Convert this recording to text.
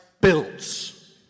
builds